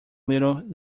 little